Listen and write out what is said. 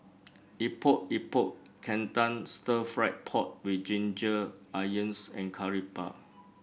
Epok Epok Kentang stir fry pork with Ginger Onions and Curry Puff